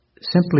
Simply